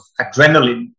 adrenaline